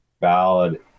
valid